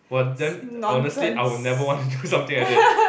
!wah! damn honestly I would never want to do something like that